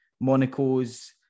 Monaco's